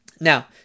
Now